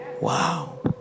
wow